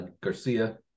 Garcia